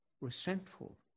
resentful